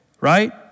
Right